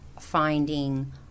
finding